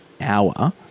hour